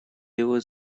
его